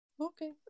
Okay